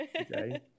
Okay